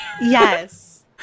Yes